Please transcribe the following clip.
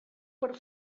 per